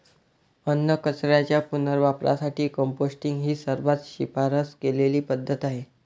अन्नकचऱ्याच्या पुनर्वापरासाठी कंपोस्टिंग ही सर्वात शिफारस केलेली पद्धत आहे